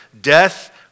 Death